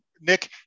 Nick